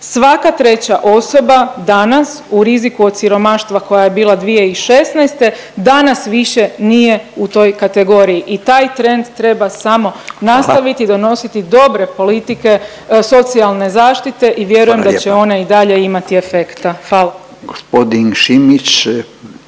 Svaka treća osoba danas u riziku od siromaštva koja je bila 2016. danas nije u toj kategoriji i taj trend treba samo nastaviti …/Upadica Radin: Hvala./… i donositi dobre politike socijalne zaštite i vjerujem da će …/Upadica Radin: